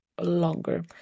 longer